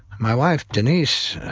my wife, denise,